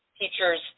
Teachers